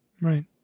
right